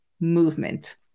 movement